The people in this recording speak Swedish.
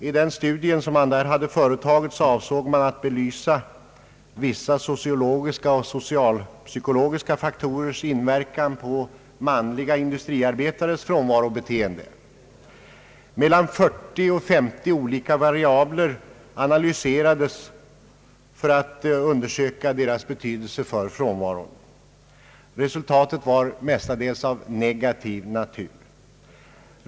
Undersökningen avsåg att belysa vissa sociologiska och socialpsykologiska faktorers inverkan på manliga industriarbetares frånvarobeteenden. Mellan 40 och 50 olika variabler analyserades i syfte att undersöka dessa fakto rers betydelse för frånvaron. Resultatet var mestadels av negativ natur.